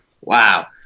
wow